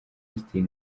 austin